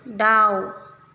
दाउ